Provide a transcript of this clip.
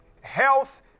health